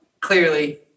clearly